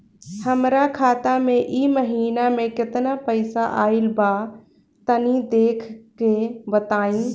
हमरा खाता मे इ महीना मे केतना पईसा आइल ब तनि देखऽ क बताईं?